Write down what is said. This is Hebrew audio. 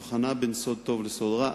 הבחנה בין סוד טוב לסוד רע,